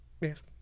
Yes